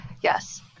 Yes